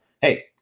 hey